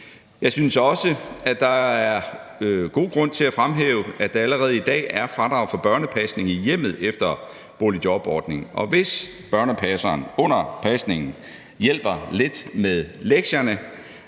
Jeg synes også, at der er god grund til at fremhæve, at der allerede i dag er fradrag for børnepasning i hjemmet efter boligjobordningen, og hvis børnepasseren under pasningen hjælper lidt med lektierne,